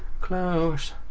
close.